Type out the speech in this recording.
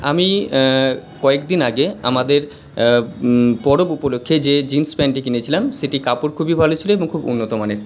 আমি কয়েকদিন আগে আমাদের পরব উপলক্ষ্যে যে জিনস প্যান্টটি কিনেছিলাম সেটির কাপড় খুবই ভালো ছিল এবং খুব উন্নতমানের